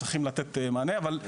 הם צריכים לתת מענה אבל,